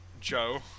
Joe